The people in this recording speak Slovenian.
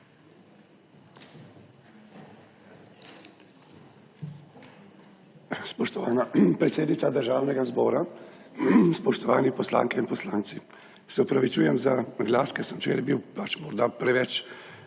Spoštovana predsednica Državnega zbora, spoštovani poslanke in poslanci! Se opravičujem za glas, ker smo morda včeraj preveč